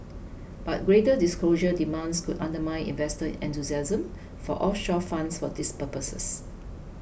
but greater disclosure demands could undermine investor enthusiasm for offshore funds for these purposes